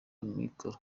amikoro